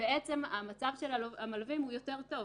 המצב של המלווים יותר טוב,